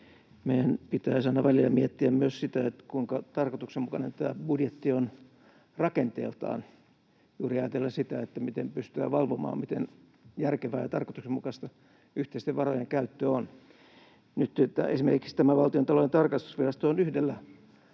meidän pitäisi aina välillä miettiä myös sitä, kuinka tarkoituksenmukainen tämä budjetti on rakenteeltaan juuri ajatellen sitä, miten pystytään valvomaan, miten järkevää ja tarkoituksenmukaista yhteisten varojen käyttö on. Nyt esimerkiksi tämä Valtiontalouden tarkastusvirasto on yhdellä